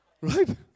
Right